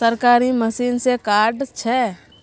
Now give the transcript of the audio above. सरकारी मशीन से कार्ड छै?